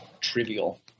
trivial